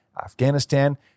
Afghanistan